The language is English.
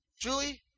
julie